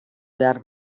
behar